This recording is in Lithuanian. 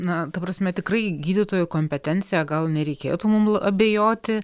na ta prasme tikrai gydytojų kompetencija gal nereikėtų mum abejoti